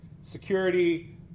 security